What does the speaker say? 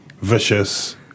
vicious